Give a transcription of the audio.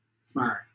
smart